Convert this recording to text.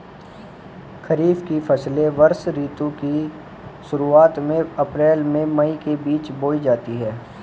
खरीफ की फसलें वर्षा ऋतु की शुरुआत में अप्रैल से मई के बीच बोई जाती हैं